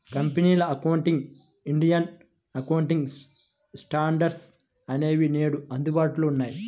కంపెనీల accounting, Indian accounting standards అనేవి నేడు అందుబాటులో ఉన్నాయి